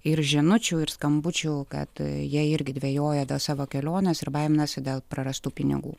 ir žinučių ir skambučių kad jie irgi dvejoja dėl savo kelionės ir baiminasi dėl prarastų pinigų